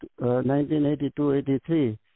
1982-83